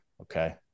Okay